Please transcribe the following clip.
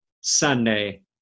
Sunday